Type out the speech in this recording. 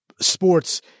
sports